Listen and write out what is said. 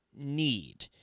need